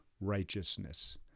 righteousness